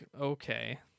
okay